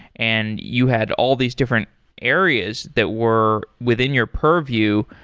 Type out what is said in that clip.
and you had all these different areas that were within your purview.